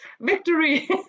victory